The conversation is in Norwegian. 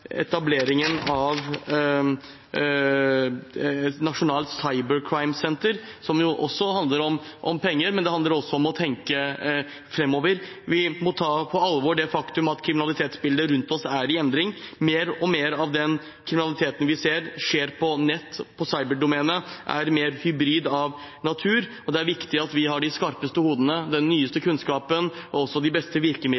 etableringen av et nasjonalt cyber crime-senter, som også handler om penger, men det handler også om å tenke framover. Vi må ta på alvor det faktum at kriminalitetsbildet rundt oss er i endring. Mer og mer av den kriminaliteten vi ser, skjer på nett, på cyberdomenet, er mer hybrid av natur, og det er viktig at vi har de skarpeste hodene, den nyeste